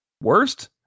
worst